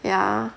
ya